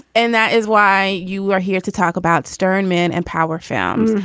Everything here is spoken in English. and that is why you are here to talk about sternman and power fans.